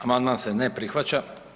Amandman se ne prihvaća.